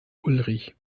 ulrich